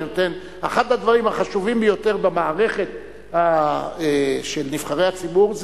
אחד הדברים החשובים ביותר במערכת של נבחרי הציבור,